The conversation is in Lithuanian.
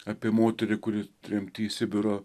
apie moterį kuri tremty sibiro